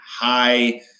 high